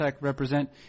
represent